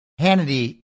Hannity